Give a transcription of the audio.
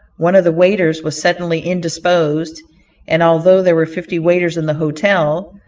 one of the waiters was suddenly indisposed and although there were fifty waiters in the hotel,